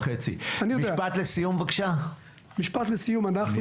משפט לסיום, אנחנו,